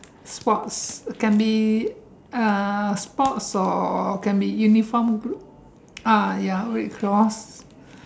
sports can be uh sports or can be unifrom group ah ya red cross